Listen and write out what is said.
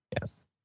Yes